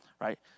right